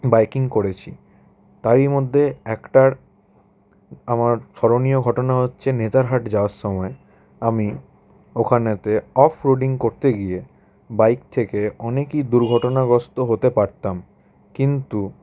biking করেছি তারই মধ্যে একটা আমার স্মরণীয় ঘটনা হচ্ছে নেতার হাট যাওয়ার সময় আমি ওখানেতে অফ রোডিং করতে গিয়ে বাইক থেকে অনেকই দুর্ঘটনাগ্রস্ত হতে পারতাম কিন্তু